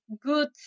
good